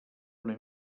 una